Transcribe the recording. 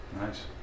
Nice